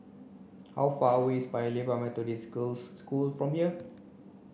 how far away is Paya Lebar Methodist Girls' School from here